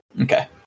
Okay